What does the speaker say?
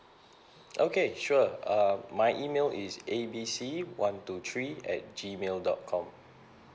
okay sure um my email is A B C one two three at G mail dot com